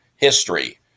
history